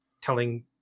telling